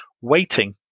waiting